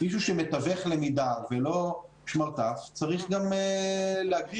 שמתווך למידה ולא שמרטף צריך גם להגדיר